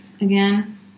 again